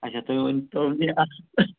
اَچھا تُہۍ ؤنۍ تو مےٚ اَکھ